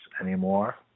anymore